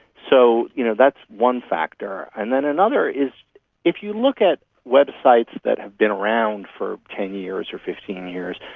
so you know that's one factor. and then another is if you look at websites that have been around for ten years or fifteen years,